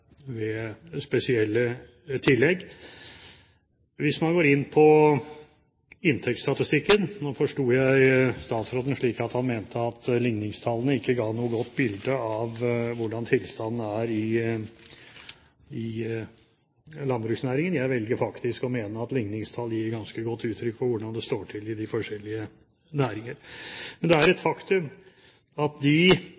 ved spesielle tillegg. Hvis man går inn på inntektsstatistikken – nå forsto jeg statsråden slik at han mente at ligningstallene ikke ga noe godt bilde av hvordan tilstanden er i landbruksnæringen, jeg velger faktisk å mene at ligningstall gir ganske godt uttrykk for hvordan det står til i de forskjellige næringer – er det et